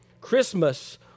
Christmas